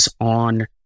on